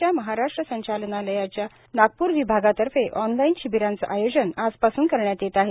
च्या महाराष्ट्र संचालनालयाच्या नागपूर विभागातर्फे ऑनलाइन शिबिरांचे आयोजन आजपासून करण्यात येत आहे